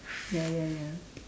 ya ya ya